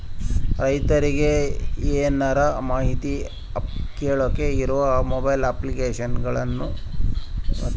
ರೈತರಿಗೆ ಏನರ ಮಾಹಿತಿ ಕೇಳೋಕೆ ಇರೋ ಮೊಬೈಲ್ ಅಪ್ಲಿಕೇಶನ್ ಗಳನ್ನು ಮತ್ತು?